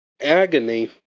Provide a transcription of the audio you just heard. agony